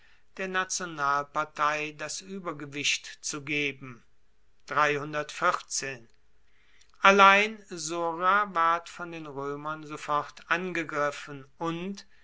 der nationalpartei das uebergewicht zu geben allein sora ward von den roemern sofort angegriffen und